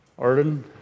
Arden